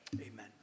Amen